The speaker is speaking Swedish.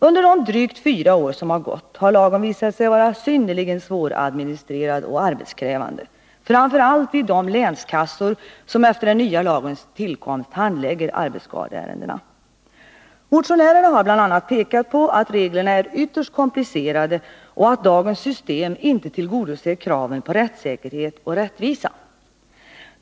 Under de drygt fyra år som gått har lagen visat sig vara synnerligen svåradministrerad och arbetskrävande, framför allt vid de länskassor som efter den nya lagens tillkomst handlägger arbetsskadeärendena. Motionärerna har bl.a. pekat på att reglerna är ytterst komplicerade och att dagens system inte tillgodoser kraven på rättssäkerhet och rättvisa.